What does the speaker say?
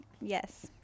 Yes